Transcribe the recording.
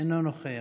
אינו נוכח.